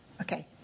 Okay